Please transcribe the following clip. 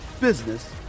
business